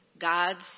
God's